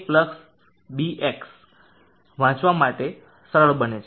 વાંચવા માટે સરળ બને છે